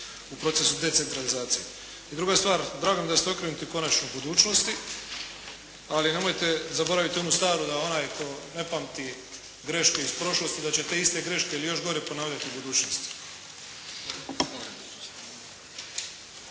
u procesu decentralizacije. I druga je stvar, drago mi je da ste okrenuti konačno budućnosti, ali nemojte zaboraviti onu staru da onaj tko ne pamti greške iz prošlosti da će te iste greške ili još gore ponavljati u budućnosti.